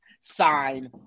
sign